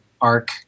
arc